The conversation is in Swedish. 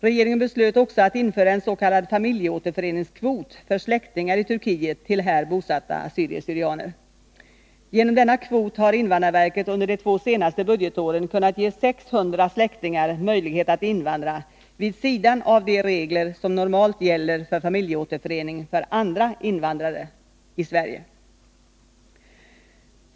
Regeringen beslöt också att införa en s.k. familjeåterföreningskvot för släktingar i Turkiet till här bosatta assyrier/ syrianer. Genom denna kvot har invandrarverket under de två senaste budgetåren kunnat ge 600 släktingar möjlighet att invandra vid sidan av de regler som normalt gäller för familjeåterförening för andra invandrare i Sverige.